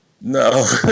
No